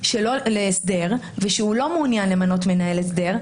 להסדר והוא לא מעוניין למנות מנהל הסדר,